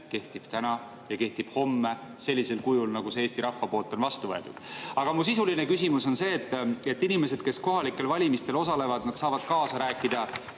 kehtib täna ja kehtib ka homme sellisel kujul, nagu Eesti rahvas on selle vastu võtnud. Aga minu sisuline küsimus on selline. Inimesed, kes kohalikel valimistel osalevad, saavad kaasa rääkida